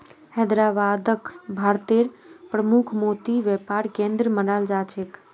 हैदराबादक भारतेर प्रमुख मोती व्यापार केंद्र मानाल जा छेक